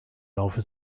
laufe